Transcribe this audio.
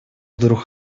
вдруг